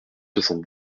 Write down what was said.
soixante